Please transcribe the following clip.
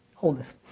hold this.